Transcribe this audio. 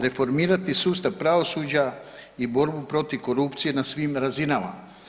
Reformirati sustav pravosuđa i borbu protiv korupcije na svim razinama.